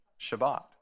Shabbat